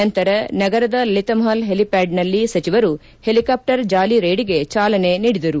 ನಂತರ ನಗರದ ಲಲಿತಮಪಲ್ ಹೆಲಿಪ್ಕಾಡ್ನಲ್ಲಿ ಸಚಿವರು ಹೆಲಿಕಾಪ್ವರ್ ಜಾಲಿ ರೈಡ್ಗೆ ಚಾಲನ ನೀಡಿದರು